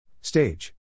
Stage